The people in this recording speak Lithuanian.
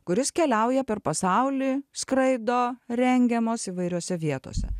kuris keliauja per pasaulį skraido rengiamos įvairiose vietose